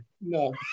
No